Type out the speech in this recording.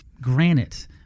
granite